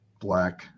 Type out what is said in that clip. black